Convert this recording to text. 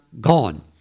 gone